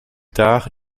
tard